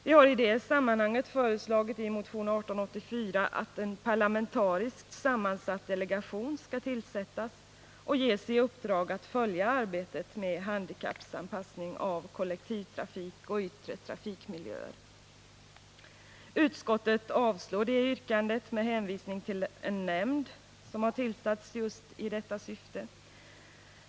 Vi har i det sammanhanget föreslagit, i motion 1884, att en parlamentariskt sammansatt delegation skall ges i uppdrag att följa arbetet med handikappanpassning av kollektivtrafik och yttre trafikmiljöer. Utskottet avstyrker yrkandet med hänvisning till att en nämnd tillsatts just i detta syfte.